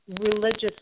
religious